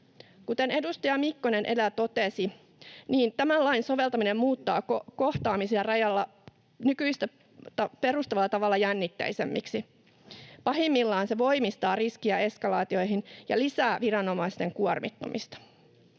Kuten edustaja Mikkonen edellä totesi, niin tämän lain soveltaminen muuttaa kohtaamisia rajalla nykyistä perustavalla tavalla jännitteisemmiksi. Pahimmillaan se voimistaa riskiä eskalaatioihin ja lisää viranomaisten kuormittumista.